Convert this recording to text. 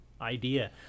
idea